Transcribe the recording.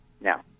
Now